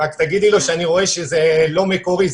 רק תגידי לו שאני רואה שזה לא מקורי,